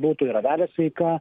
būtų ir avelė sveika